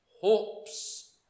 hopes